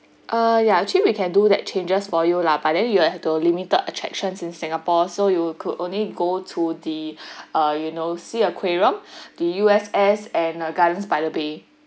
uh ya actually we can do that changes for you lah but then you will have to limited attractions in singapore so you could only go to the uh you know SEA aquarium the U_S_S and gardens by the bay